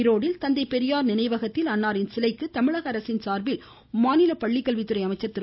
ஈரோட்டில் தந்தை பெரியார் நினைவகத்தில் அன்னாரின் சிலைக்கு தமிழக அரசின் சார்பில் மாநில பள்ளிக்கல்வித்துறை அமைச்சர் திரு